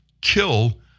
kill